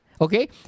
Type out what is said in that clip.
okay